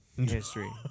history